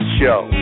show